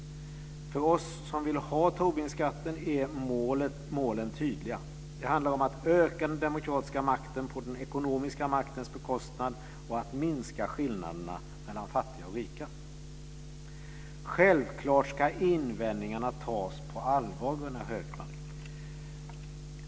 För oss som vill ha Tobinskatten är målen tydliga: det handlar om att öka den demokratiska makten på den ekonomiska maktens bekostnad och att minska skillnaderna mellan fattiga och rika. Självklart ska invändningarna tas på allvar, Gunnar Hökmark.